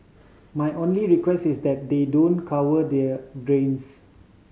my only request is that they don't cover their drains